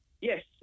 yes